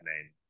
name